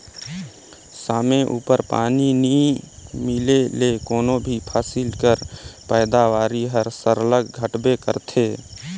समे उपर पानी नी मिले ले कोनो भी फसिल कर पएदावारी हर सरलग घटबे करथे